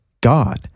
God